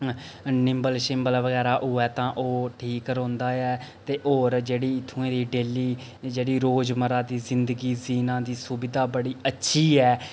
nimble शिम्बल बगैरा होऐ तां ओह् ठीक रौंह्दा ऐ ते होर जेह्ड़ी इत्थुं दी डेली जेह्ड़ी रोजमर्रा दी जिंदगी जीने दी सुविधा बड़ी अच्छी ऐ